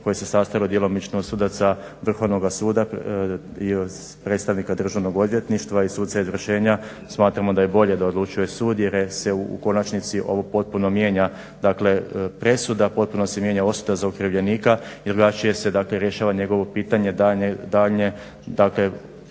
koje se sastojalo djelomično od sudaca Vrhovnoga suda i od predstavnika Državnog odvjetništva i suca izvršenja smatramo da je bolje da odlučuje sud jer se u konačnici ovo potpuno mijenja, dakle presuda potpuno se mijenja osuda za okrivljenika, jer drugačije se dakle rješava njegovo pitanje daljnje, dakle